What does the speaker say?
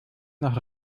noch